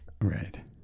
Right